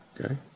Okay